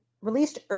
released